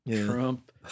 Trump